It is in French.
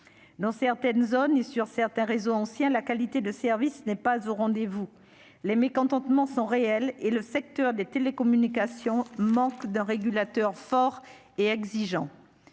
dans certaines zones et sur certains réseaux ancien, la qualité de service n'est pas au rendez-vous, les mécontentements sont réels et le secteur des télécommunications, manque d'un régulateur fort et exigeant,